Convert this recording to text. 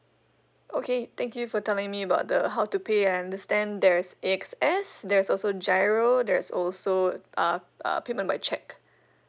okay thank you for telling me about the how to pay I understand there's A_X_S there's also G_I_R_O there's also uh uh payment by check